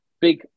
Big